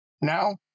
now